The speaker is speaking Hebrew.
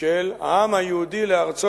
של העם היהודי לארצו,